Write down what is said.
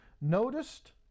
noticed